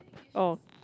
oh